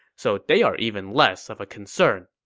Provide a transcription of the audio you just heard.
so they are even less of a concern.